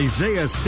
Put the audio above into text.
Isaiah